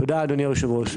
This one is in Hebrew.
תודה, אדוני היושב-ראש.